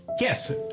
Yes